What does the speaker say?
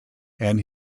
and